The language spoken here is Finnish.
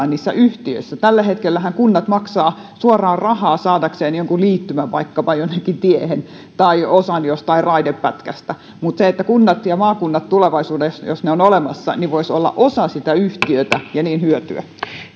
niissä yhtiöissä tällä hetkellähän kunnat maksavat suoraa rahaa saadakseen jonkun liittymän vaikkapa jonnekin tiehen tai osan jostain raidepätkästä mutta kunnat ja maakunnat tulevaisuudessa jos ne ovat olemassa voisivat olla osa sitä yhtiötä ja niin hyötyä